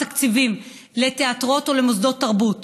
תקציבים לתיאטראות או למוסדות תרבות.